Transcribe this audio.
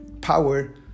power